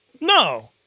No